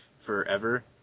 forever